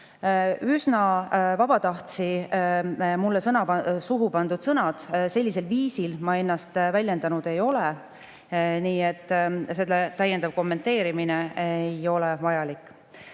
Üsna vabatahtsi mulle suhu pandud sõnad, sellisel viisil ma ennast väljendanud ei ole, nii et selle täiendav kommenteerimine ei ole vajalik.